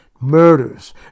murders